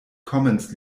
commons